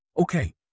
Okay